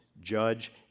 judge